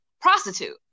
prostitute